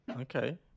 Okay